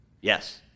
Yes